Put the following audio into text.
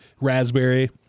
raspberry